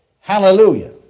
Hallelujah